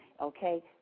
okay